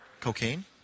Cocaine